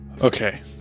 Okay